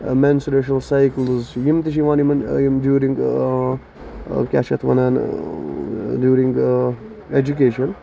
menstrual cycles چھِ یِم تہِ چھِ یِوان یِمن یِم جوٗرِنگ کیاہ چھِ یِتھ وَنان جوٗرِنگ ایجُوکیشن